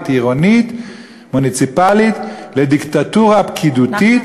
עירונית-מוניציפלית לדיקטטורה פקידותית,